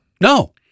No